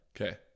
Okay